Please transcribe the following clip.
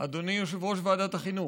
אדוני יושב-ראש ועדת החינוך,